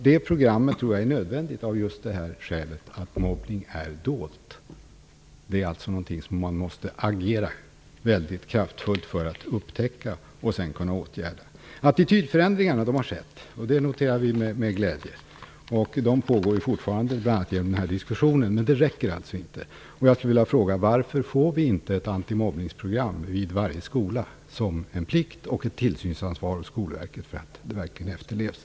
Det programmet tror jag är nödvändigt just eftersom mobbning är ett dolt problem. Man måste alltså agera kraftfullt för att upptäcka det och sedan åtgärda det. Det har skett attitydförändringar. Det noterar vi med glädje. De pågår fortfarande, bl.a. genom denna diskussion, men det räcker inte. Jag skulle vilja fråga varför vi inte får ett antimobbningsprogram vid varje skola. Det skall vara en plikt, och Skolverket skall ha ett tillsynsansvar, så att programmet verkligen efterlevs.